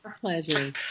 pleasure